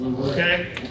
okay